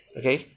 okay